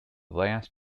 last